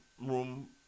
room